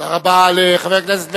תודה רבה לחבר הכנסת בן-סימון.